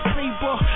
paper